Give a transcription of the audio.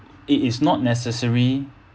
it is not necessary